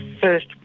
first